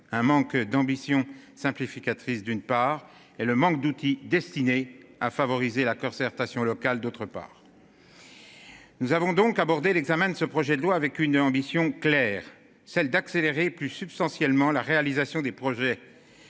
Un manque d'ambition simplificatrice, d'une part et le manque d'outils destinés à favoriser la Corsair stations locales. D'autre part. Nous avons donc aborder l'examen de ce projet de loi avec une ambition claire celle d'accélérer plus substantiellement la réalisation des projets.